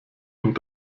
und